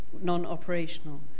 non-operational